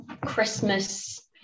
Christmas